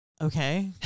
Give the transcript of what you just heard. okay